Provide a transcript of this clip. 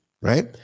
right